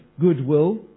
goodwill